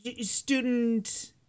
student